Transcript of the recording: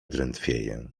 drętwieję